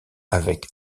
avec